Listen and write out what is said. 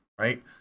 Right